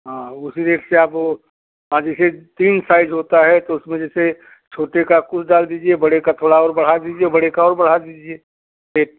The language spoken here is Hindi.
हाँ उसी रेट से आप हाँ जैसे तीन साइज़ होता है तो उसमें जैसे छोटे का कुछ डाल दीजिए बड़े का थोड़ा और बढ़ा दीजिए बड़े का और बढ़ा दीजिए यह